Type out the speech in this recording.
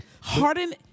Harden